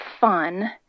fun